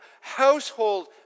household